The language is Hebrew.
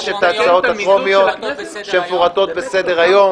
ההצעות הטרומיות שמפורטות בסדר-היום.